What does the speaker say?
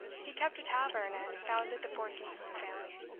he kept a tavern, and founded the fortunes of the family.